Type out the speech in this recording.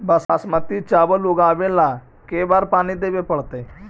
बासमती चावल उगावेला के बार पानी देवे पड़तै?